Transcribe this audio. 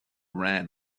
ran